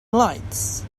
lights